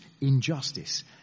injustice